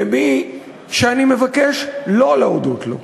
במי שאני מבקש לא להודות לו.